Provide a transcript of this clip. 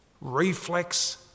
reflex